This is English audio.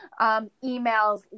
emails